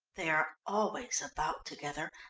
they are always about together.